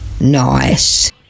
Nice